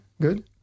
good